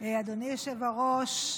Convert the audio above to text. היושב-ראש,